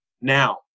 Now